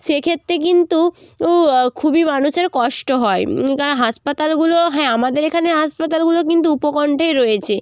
সেক্ষেত্রে কিন্তু উ খুবই মানুষের কষ্ট হয় কারণ হাসপাতালগুলো হ্যাঁ আমাদের এখানের হাসপাতালগুলো কিন্তু উপকণ্ঠেই রয়েছে